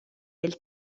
del